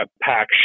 pack